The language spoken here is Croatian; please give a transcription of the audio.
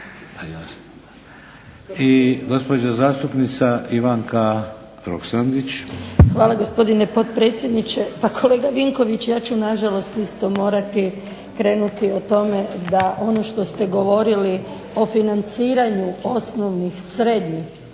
**Roksandić, Ivanka (HDZ)** Hvala gospodine potpredsjedniče. Pa kolega Vinković ja ću na žalost isto morati krenuti o tome da ono što ste govorili o financiranju osnovnih, srednjih